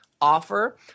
offer